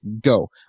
go